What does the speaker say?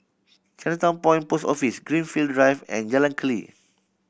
Chinatown Point Post Office Greenfield Drive and Jalan Keli